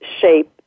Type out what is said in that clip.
shape